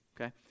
Okay